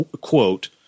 quote